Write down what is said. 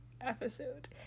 episode